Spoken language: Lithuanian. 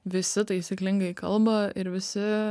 visi taisyklingai kalba ir visi